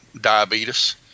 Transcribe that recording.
diabetes